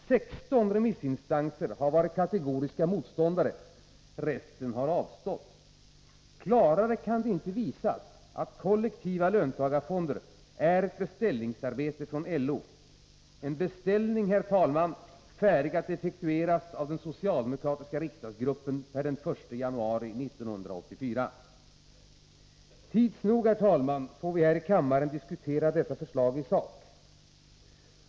16 remissinstanser har varit kategoriska motståndare. Resten har avstått. Klarare kan det inte visas att de kollektiva löntagarfonderna är ett beställningsarbete från LO — en beställning, herr talman, färdig att effektueras av den socialdemokratiska riksdagsgruppen per den 1 januari 1984. Tids nog får vi här i kammaren diskutera förslaget i sak.